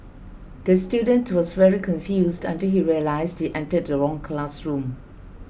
the student was very confused until he realised he entered the wrong classroom